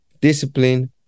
discipline